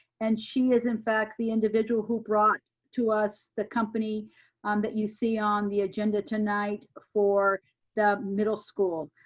and she is in fact the individual who brought to us the company um that you see on the agenda tonight for the middle school.